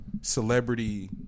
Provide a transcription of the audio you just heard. celebrity